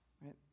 right